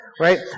Right